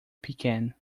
pecan